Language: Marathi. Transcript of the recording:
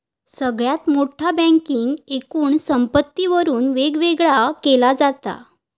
सगळ्यात मोठ्या बँकेक एकूण संपत्तीवरून वेगवेगळा केला जाता